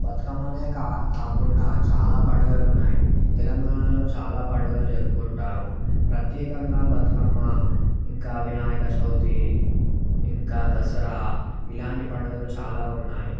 బతుకమ్మనే కాకుండా చాలా పండుగలు ఉన్నాయి తెలంగాణాలో చాలా పండుగలు జరుపుకుంటారు ప్రత్యేకంగా బతుకమ్మ ఇంకా వినాయక చవితి ఇంకా దసరా ఇలాంటి పండుగలు చాలా ఉన్నాయి